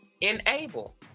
enable